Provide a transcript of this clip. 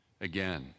Again